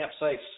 campsites